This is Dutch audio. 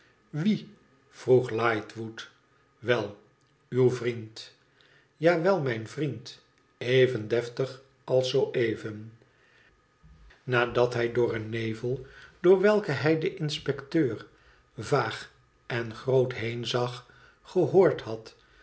iwie vroeg liehtwood wel uw vriend ja wel mijn vriend even deftig als zoo even nadat hij door een nevel door welken hij den inspecteur vaag en groot heen zag gehoord had